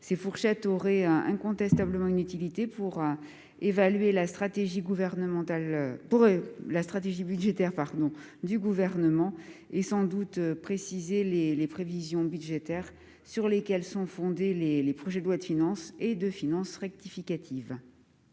Ces fourchettes auraient incontestablement une utilité pour évaluer la stratégie budgétaire du Gouvernement et pour préciser les prévisions budgétaires sur lesquelles sont fondés les projets de loi de finances et de finances rectificative.